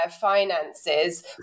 finances